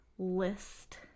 list